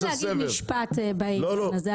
אז רק להגיד משפט בנושא הזה.